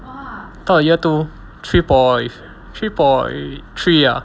到了 year two three point three point three ah